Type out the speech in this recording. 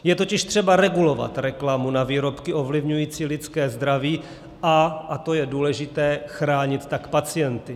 Je totiž třeba regulovat reklamu na výrobky ovlivňující lidské zdraví a a to je důležité chránit tak pacienty.